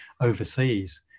overseas